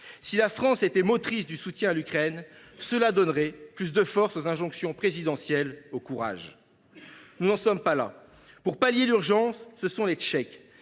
Si la France était motrice du soutien à l’Ukraine, cela donnerait plus de force aux injonctions présidentielles à faire preuve de courage. Nous n’en sommes pas là. Pour pallier l’urgence, ce sont les Tchèques